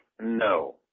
no